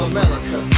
America